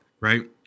right